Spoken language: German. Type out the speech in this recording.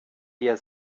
hier